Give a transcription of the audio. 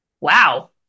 wow